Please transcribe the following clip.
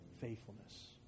faithfulness